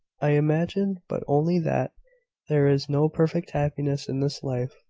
i imagine but only that there is no perfect happiness in this life,